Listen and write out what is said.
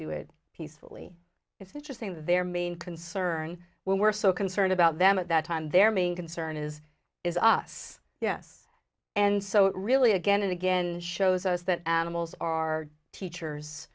do it peacefully it's interesting that their main concern when we're so concerned about them at that time their main concern is is us yes and so it really again and again shows us that animals are our teachers